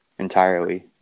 entirely